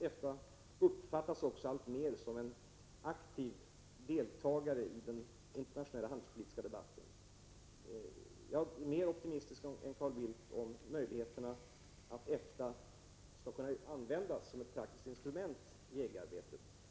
EFTA uppfattas också alltmer som en aktiv deltagare i den internationella handelspolitiska debatten. Jag är mer optimistisk än Carl Bildt om möjligheterna för att EFTA skall kunna användas som ett praktiskt instrument i EG-arbetet.